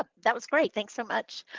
ah that was great. thanks so much.